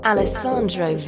Alessandro